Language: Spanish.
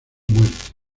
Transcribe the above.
muerte